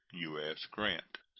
u s. grant.